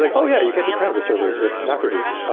like oh, yeah. you can't do parameter servers with mapreduce,